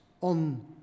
on